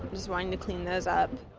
just wanting to clean those up